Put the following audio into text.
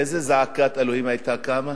איזה זעקת אלוהים היתה קמה.